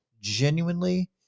genuinely